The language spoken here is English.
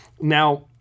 Now